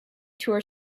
tour